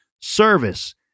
service